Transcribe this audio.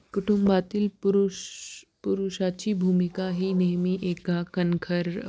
कुटुंबातील पुरुष पुरुषाची भूमिका ही नेहमी एका कणखर